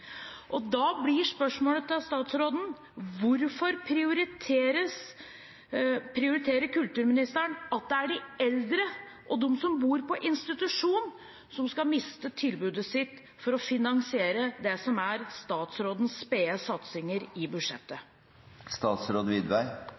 Da blir spørsmålet til statsråden: Hvorfor prioriterer kulturministeren at det er de eldre og de som bor på institusjon, som skal miste tilbudet sitt for å finansiere det som er statsrådens spede satsinger i budsjettet?